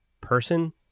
person